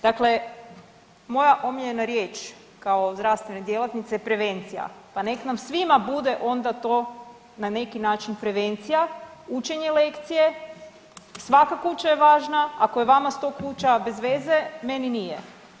Dakle, moja omiljena riječ kao zdravstvene djelatnice je prevencija pa nek nam svima bude onda to na neki način prevencija, učenje lekcije, svaka kuća je važna ako je vama 100 kuća bezveze, meni nije.